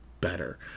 better